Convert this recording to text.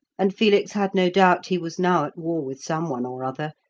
and felix had no doubt he was now at war with some one or other,